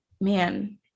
man